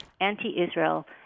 anti-Israel